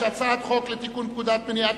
ההצעה להעביר את הצעת חוק לתיקון פקודת מניעת